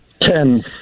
Ten